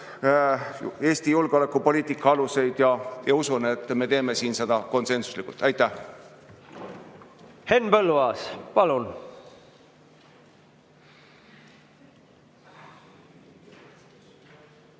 Eesti julgeolekupoliitika aluseid ja ma usun, et me teeme siin seda konsensuslikult. Aitäh! Henn Põlluaas, palun!